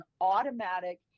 automatic